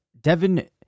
Devin